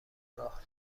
راه